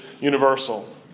universal